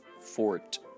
Fort